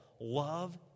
love